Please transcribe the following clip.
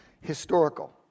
historical